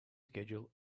schedule